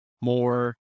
more